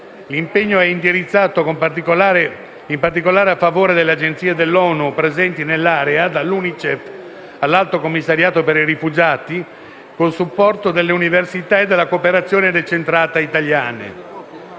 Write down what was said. L'impegno è indirizzato, in particolare, a favore delle Agenzie ONU presenti nell'area (dall'Unicef all'Alto commissariato per i rifugiati), col supporto delle università e della cooperazione decentrata italiane.